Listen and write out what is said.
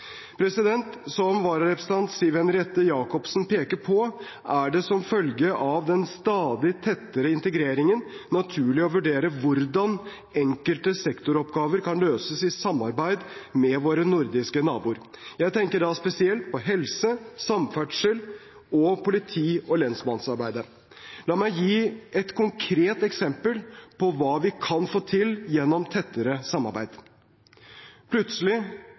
Som vararepresentanten Siv Henriette Jacobsen peker på, er det som følge av den stadig tettere integreringen naturlig å vurdere hvordan enkelte sektoroppgaver kan løses i samarbeid med våre nordiske naboer. Jeg tenker da spesielt på helse, samferdsel og politi- og lensmannsarbeidet. La meg gi et konkret eksempel på hva vi kan få til gjennom tettere samarbeid: Plutselig